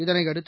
இதையடுத்து